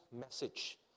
message